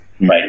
right